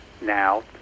now